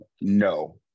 No